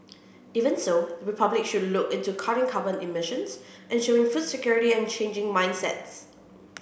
even so Republic should look into cutting carbon emissions ensuring food security and changing mindsets